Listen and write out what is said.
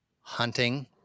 hunting